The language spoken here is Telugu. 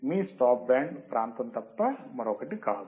మరియు ఇది మీ స్టాప్ బ్యాండ్ ప్రాంతం తప్ప మరొకటి కాదు